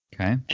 okay